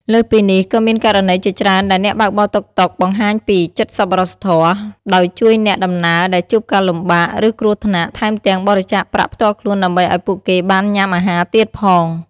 លើសពីនេះ ក៏មានករណីជាច្រើនដែលអ្នកបើកបរតុកតុកបង្ហាញពី ចិត្តសប្បុរសធម៌ ដោយជួយអ្នកដំណើរដែលជួបការលំបាក ឬគ្រោះថ្នាក់ ថែមទាំងបរិច្ចាគប្រាក់ផ្ទាល់ខ្លួនដើម្បីឱ្យពួកគេបានញ៉ាំអាហារទៀតផង។